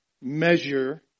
measure